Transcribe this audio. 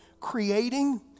creating